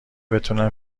بتونن